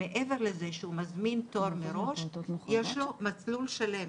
מעבר לזה שהוא מזמין תור מראש יש לו מסלול שלם,